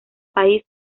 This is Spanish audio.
país